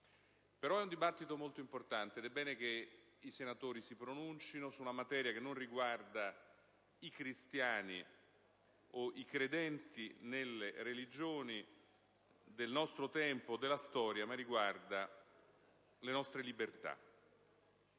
di un dibattito molto importante ed è bene che i senatori si pronuncino su una materia che riguarda non i cristiani o i credenti nelle religioni del nostro tempo, della storia, bensì le nostre libertà.